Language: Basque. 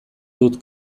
dut